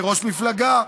כראש מפלגה.